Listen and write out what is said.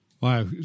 Wow